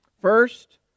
First